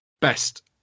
best